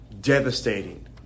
devastating